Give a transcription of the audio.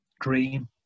DREAM